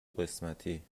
قسمتی